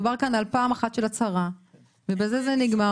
מדובר כאן על פעם אחת של הצהרה ובזה זה נגמר.